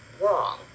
wrong